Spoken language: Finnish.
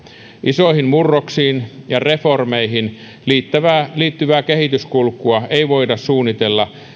isoihin murroksiin ja reformeihin liittyvää liittyvää kehityskulkua ei voida suunnitella